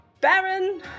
Baron